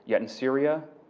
yet in syria